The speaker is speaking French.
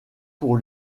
pour